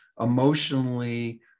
emotionally